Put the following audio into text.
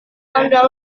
anda